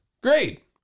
Great